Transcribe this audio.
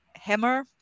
hammer